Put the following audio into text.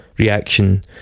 reaction